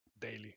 daily